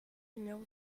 numéro